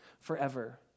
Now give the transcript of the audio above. forever